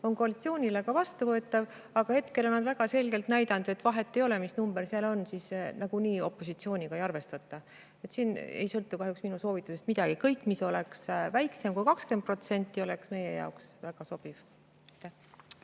on koalitsioonile ka vastuvõetav. Aga hetkel on koalitsioon väga selgelt näidanud, et vahet ei ole, mis number seal on, nagunii opositsiooniga ei arvestata. Siin ei sõltu kahjuks minu soovitusest midagi. Kõik, mis oleks väiksem kui 20%, oleks meie jaoks väga sobiv.